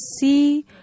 see